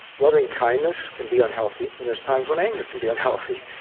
lovingkindness can be unhealthy, and there's times when anger can be unhealthy.